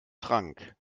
trank